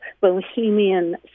bohemian